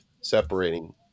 separating